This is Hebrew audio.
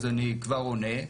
אז אני כבר עונה.